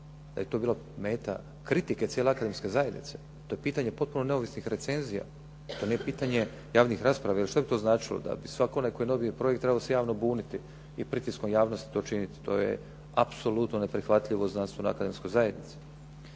da je to bilo meta kritike, cijele akademske zajednice, to je pitanje potpuno neovisnih recenzija. To nije pitanje javnih rasprava. Jer što bi to značilo? Da bi svatko onaj tko dobije projekt trebao se javno buniti i pritiskom javnosti to činiti. To je apsolutno neprihvatljivo znanstvenoj akademskoj zajednici.